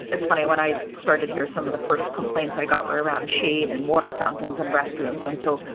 it's funny when i started here, some of the first complaints i got were around sheet and water fountains and restrooms, and so,